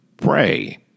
pray